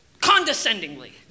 Condescendingly